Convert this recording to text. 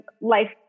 life